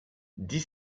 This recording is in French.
dix